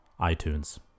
iTunes